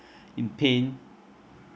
in pain